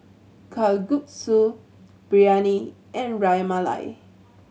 Kalguksu Biryani and Ras Malai